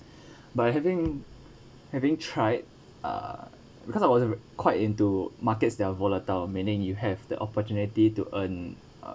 by having having tried uh because I was quite into markets that are volatile meaning you have the opportunity to earn uh